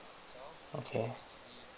okay